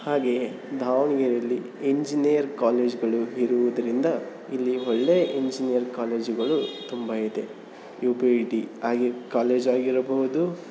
ಹಾಗೆಯೇ ದಾವಣಗೆರೆಯಲ್ಲಿ ಇಂಜಿನಿಯರ್ ಕಾಲೇಜ್ಗಳು ಇರುವುದರಿಂದ ಇಲ್ಲಿ ಒಳ್ಳೆಯ ಇಂಜಿನಿಯರ್ ಕಾಲೇಜುಗಳು ತುಂಬ ಇದೆ ಯು ಪಿ ಡಿ ಟಿ ಆಗಿ ಕಾಲೇಜ್ ಆಗಿರಬಹುದು